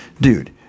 dude